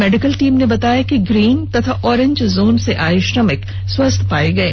medical team ने बताया है कि ग्रीन तथा ऑरेंज जोन से आए श्रमिक स्वस्थ्य पाए गये